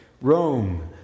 Rome